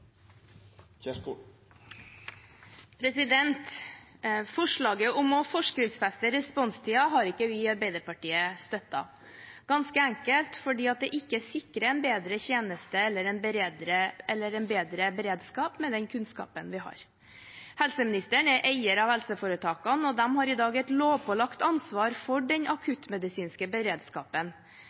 Forslaget om å forskriftsfeste responstiden har ikke vi i Arbeiderpartiet støttet, ganske enkelt fordi det ikke sikrer en bedre tjeneste eller en bedre beredskap med den kunnskapen vi har. Helseministeren er eier av helseforetakene, og de har i dag et lovpålagt ansvar for den akuttmedisinske beredskapen.